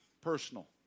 personal